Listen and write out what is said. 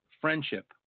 friendship